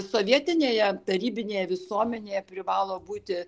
sovietinėje tarybinėje visuomenėje privalo būti